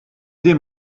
din